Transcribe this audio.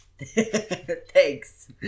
thanks